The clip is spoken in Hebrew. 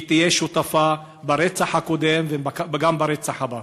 היא תהיה שותפה ברצח הקודם וגם ברצח הבא.